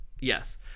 yes